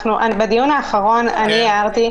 בדיון האחרון אני הערתי,